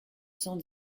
cent